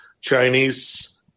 Chinese